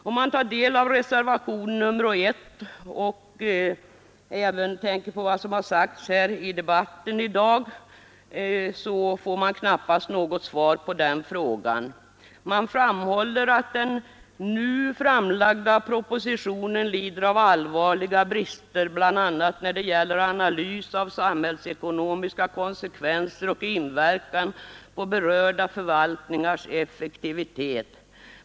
Om man tar del av reservationen 1 och även tänker på vad som har sagts här i debatten i dag, får man knappast något svar på den frågan. Man framhåller att ”nu framlagd proposition lider av allvarliga brister bl.a. när det gäller analys av samhällsekonomiska konsekvenser och inverkan på berörda förvaltningars effektivitet”.